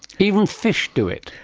even fish do it?